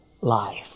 life